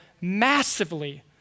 massively